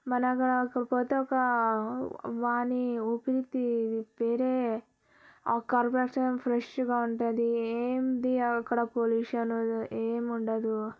మనకు కాకపోతే ఒక దాని ఊపిరి పేరే కార్బన్ ఫ్రెష్గా ఉంటుంది ఏంది అక్కడ పొల్యూషన్ ఏమి ఉండదు